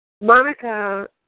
Monica